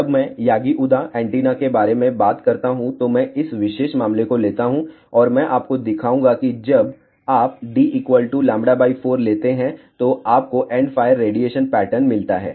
जब मैं Yagi Uda antenna array के बारे में बात करता हूं तो मैं इस विशेष मामले को लेता हूं और मैं आपको दिखाऊंगा कि जब आप d λ4 लेते हैं तो आपको एंडफायर रेडिएशन पैटर्न मिलता है